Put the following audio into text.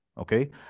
Okay